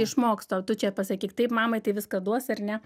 išmoksta o tu čia pasakyk taip mamai tai viską duos ar ne